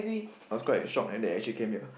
I was quite shocked when they actually came here